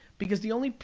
because the only